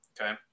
Okay